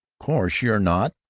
course you're not!